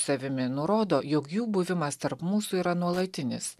savimi nurodo jog jų buvimas tarp mūsų yra nuolatinis